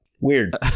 Weird